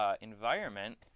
environment